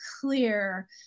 clear